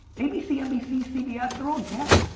abc, nbc, cbs, they're all dead.